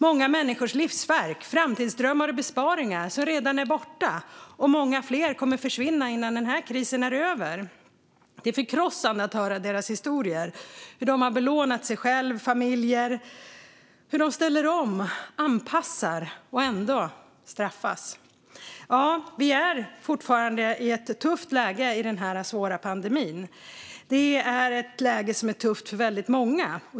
Många människors livsverk, framtidsdrömmar och besparingar är redan borta, och många fler kommer att försvinna innan den här krisen är över. Det är förkrossande att höra deras historier, hur de har belånat sig själva och familjerna och hur de ställer om och anpassar sig och ändå straffas. Ja, vi är fortfarande i ett tufft läge i den svåra pandemin. Det är ett läge som är tufft för väldigt många.